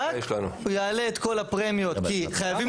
רק הוא יעלה את כל הפרמיות כי חייבים